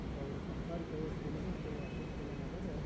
ಅಥ್ವ ಅವರು ಸಾಂಸಾರಿಕ ವ್ಯವಸ್ಥೆಯಲ್ಲಿಯೂ ಕೆಲವು ಅಸಮತೋಲನ ಆದಾಗ